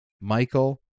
Michael